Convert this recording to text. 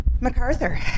macarthur